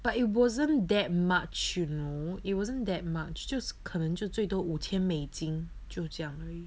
but it wasn't that much you know it wasn't that much 就是可能就最多五千美金就这样而已